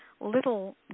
little